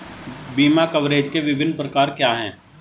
बीमा कवरेज के विभिन्न प्रकार क्या हैं?